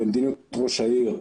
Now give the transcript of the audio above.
במדיניות ראש העיר,